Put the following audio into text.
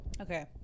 okay